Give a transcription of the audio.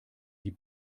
die